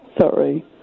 Sorry